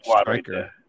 striker